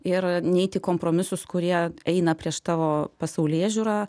ir neiti į kompromisus kurie eina prieš tavo pasaulėžiūrą